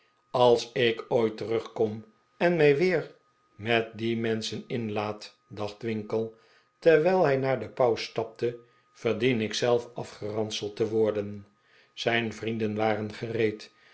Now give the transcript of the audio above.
als ik ooit terugkom en mij weer met die menschen inlaat dacht winkle terwijl hij naar de pauw stapte verdien ik zelf afgeranseld te worden zijn vrienden waren gereed